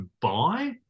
buy